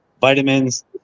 vitamins